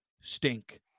stink